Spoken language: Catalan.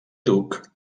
duc